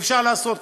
אפשר לעשות כך,